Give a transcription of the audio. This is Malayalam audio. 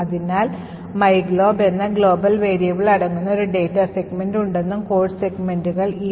അതിൽ ഈ myglob എന്ന global variable അടങ്ങുന്ന ഒരു ഡാറ്റ സെഗ്മെന്റ് ഉണ്ടെന്നും കോഡ് സെഗ്മെന്റുകൾ ഈ